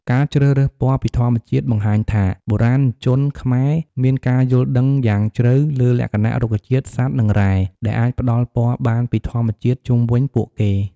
ការជ្រើសរើសពណ៌ពីធម្មជាតិបង្ហាញថា បុរាណជនខ្មែរមានការយល់ដឹងយ៉ាងជ្រៅលើលក្ខណៈរុក្ខជាតិ សត្វ និងរ៉ែ ដែលអាចផ្តល់ពណ៌បានពីធម្មជាតិជុំវិញពួកគេ។